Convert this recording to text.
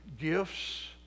gifts